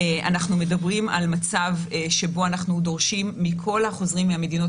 אנחנו מדברים על מצב שבו אנחנו דורשים מכל החוזרים מהמדינות